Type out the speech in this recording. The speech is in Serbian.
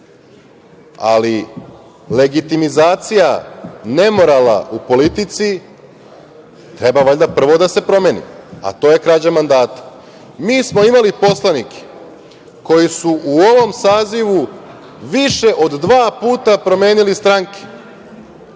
Ali, legitimizacija nemorala u politici treba valjda prvo da se promeni, a to je krađa mandata. Mi smo imali poslanike koji su u ovom sazivu više od dva puta promenili stranke